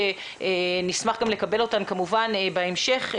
נשמח גם לקבל אותן כמובן בהמשך,